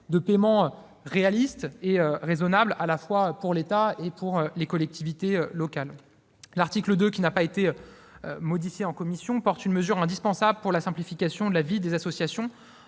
de paiement réaliste et raisonnable, à la fois pour l'État et pour les collectivités locales. L'article 2, qui n'a pas été modifié en commission, porte une mesure indispensable pour la simplification de la vie des associations,